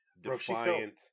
defiant